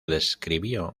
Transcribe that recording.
describió